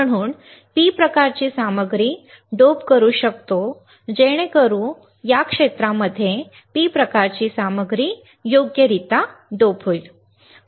म्हणून आम्ही P प्रकारची सामग्री डोप करू शकतो जेणेकरून आम्ही या क्षेत्रामध्ये P प्रकार सामग्री योग्यरित्या डोप करू शकतो